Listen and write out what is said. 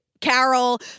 Carol